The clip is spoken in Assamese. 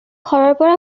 ঘৰৰ